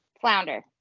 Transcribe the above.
Flounder